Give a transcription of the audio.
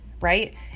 right